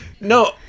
No